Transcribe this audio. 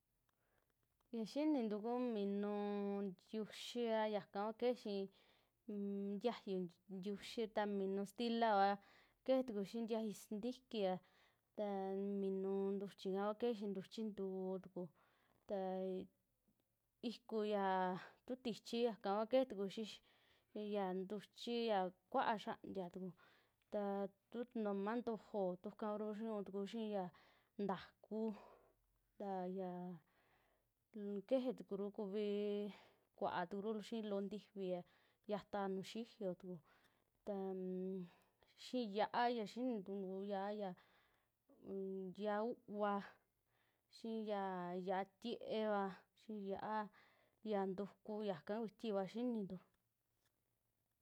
Ya yinintu kuu minuu ntiuxiiaa, yaka kua keje xii ntiayuu ntiuxi, minuu stila kua keje tuku xii ntiayuu sintikiva, ta minuu ntuchi ka kua kejee xii ntuchi ntuu tuku. taa iku'u ya tu tichii yaka kua kejee tuku xiiya ntuchi ya kuaa xia'antia tuku, taa tu tunumaa ntojoo tukura xiuu tuku xii ya ntakuu ta yaa ll kejee tukuru kuvii kuaa tukuru xii loo ntifia yataa nuju xiyoo tuku, tanm xii yia'a, ya xini tukuntu kuu yia'a ann yia'a u'uva, xii ya yia'a tiee va, xii yia'a ya ntukuu. yaka kuiti kua xinintu.